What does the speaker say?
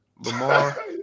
Lamar